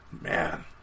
Man